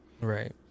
right